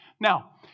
Now